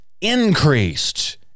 increased